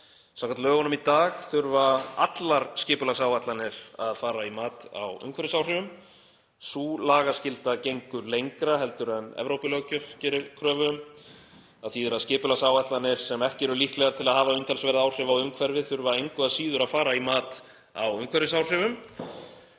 Samkvæmt lögunum í dag þurfa allar skipulagsáætlanir að fara í mat á umhverfisáhrifum. Sú lagaskylda gengur lengra heldur en Evrópulöggjöfin gerir kröfu um. Það þýðir að skipulagsáætlanir sem ekki eru líklegar til að hafa umtalsverð áhrif á umhverfið þurfa engu að síður að fara í mat á umhverfisáhrifum.